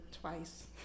twice